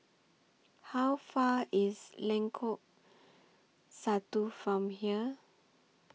How Far IS Lengkok Satu from here